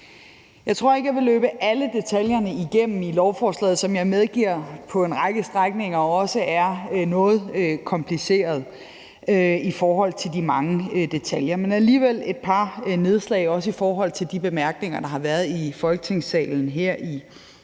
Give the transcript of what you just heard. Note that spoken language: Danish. Jeg tror ikke, jeg vil løbe alle detaljerne i lovforslaget igennem, som jeg medgiver på en række punkter er noget kompliceret i forhold til de mange detaljer, men jeg vil alligevel gøre et par nedslag, også i forhold til de bemærkninger, der har været i Folketingssalen her i dag.